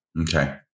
Okay